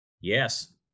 Yes